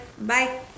bye